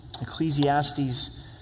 Ecclesiastes